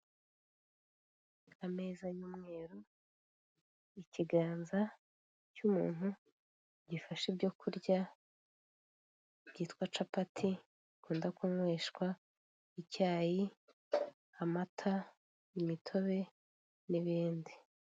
Ameza y'umweru, ikiganza cy'umuntu gifashe ibyo kurya byitwa capati bikunda kunyweshwa icyayi, amata, imitobe n'ibindi.